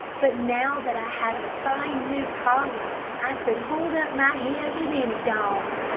but now that i had a fine new collar i could hold up my head with any dog.